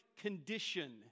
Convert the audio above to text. condition